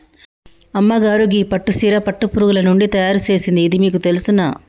అమ్మగారు గీ పట్టు సీర పట్టు పురుగులు నుండి తయారు సేసింది ఇది మీకు తెలుసునా